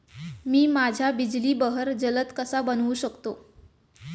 मी माझ्या बिजली बहर जलद कसा बनवू शकतो?